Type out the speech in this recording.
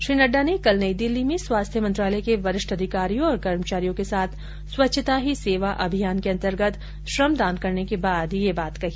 श्री नड्डा ने कल नई दिल्ली में स्वास्थ्य मंत्रालय के वरिष्ठ अधिकारियों और कर्मचारियों के साथ स्वच्छता ही सेवा अभियान के अंतर्गत श्रमदान करने के बाद ये बात कही